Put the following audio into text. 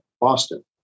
Boston